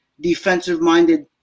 defensive-minded